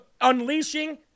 unleashing